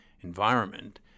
environment